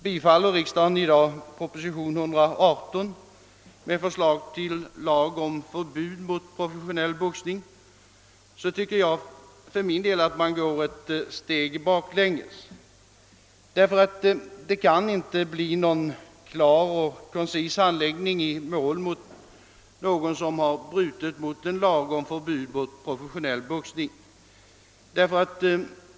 Bifaller riksdagen i dag proposition 118 med förslag till lag om förbud mot professionell boxning tycker jag att vi tar ett steg bakåt. Det kan nämligen inte bli någon klar och koncis handläggning av mål mot någon som brutit mot en lag om förbud mot professionell boxning.